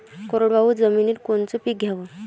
कोरडवाहू जमिनीत कोनचं पीक घ्याव?